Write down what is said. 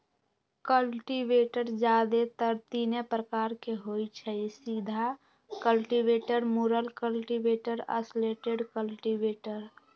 cultivator जादेतर तीने प्रकार के होई छई, सीधा कल्टिवेटर, मुरल कल्टिवेटर, स्लैटेड कल्टिवेटर